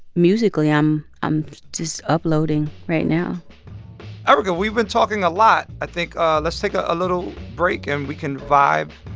musically, i'm i'm just uploading right now erykah, we've been talking a lot. i think, ah let's take ah a little break and we can vibe.